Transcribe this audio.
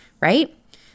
right